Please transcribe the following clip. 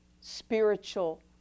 spiritual